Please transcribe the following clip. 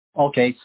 okay